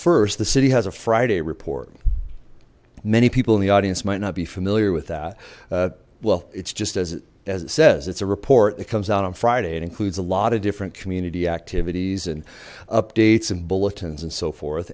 first the city has a friday report many people in the audience might not be familiar with that well it's just as it as it says it's a report that comes out on friday it includes a lot of different community activities and updates and bulletins and so forth